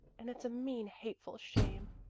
and it's a mean, hateful shame.